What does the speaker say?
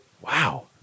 Wow